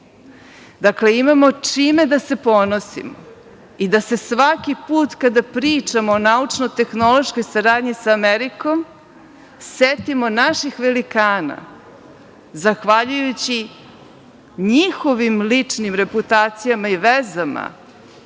imamo čime da se ponosimo i da se svaki put kada pričamo o naučno-tehnološkoj saradnji sa Amerikom setimo naših velikana. Zahvaljujući njihovim ličnim reputacijama i vezama